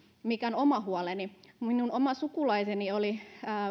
on oma huoleni minun oma sukulaiseni oli